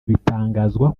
bitangazwa